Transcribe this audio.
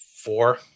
Four